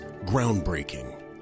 Groundbreaking